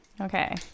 Okay